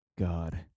God